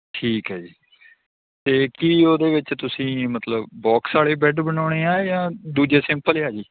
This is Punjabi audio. ਠੀਕ ਹੈ ਜੀ ਇਹ ਕੀ ਉਹਦੇ ਵਿੱਚ ਤੁਸੀਂ ਮਤਲਬ ਬੋਕਸ ਵਾਲੇ ਬੈੱਡ ਬਣਾਉਣੇ ਆ ਜਾਂ ਦੂਜੇ ਸਿੰਪਲ ਆ ਜੀ